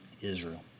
Israel